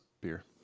beer